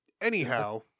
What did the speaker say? Anyhow